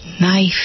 knife